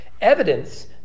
evidence